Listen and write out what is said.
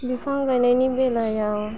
बिफां गायनायनि बेलायाव